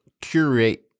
curate